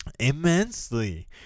immensely